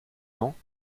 dents